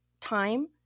time